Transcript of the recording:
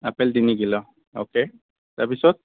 apple তিনি kilo okay তাৰপিছত